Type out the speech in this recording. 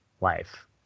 life